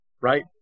right